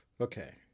Okay